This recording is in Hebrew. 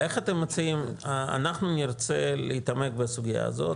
אנחנו נרצה להתעמק בסוגיה הזאת,